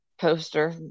poster